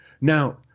Now